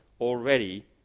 already